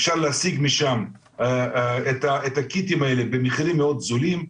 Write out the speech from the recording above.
אפשר להשיג משם את הקיטים האלה במחירים מאד זולים,